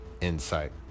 insight